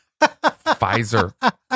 Pfizer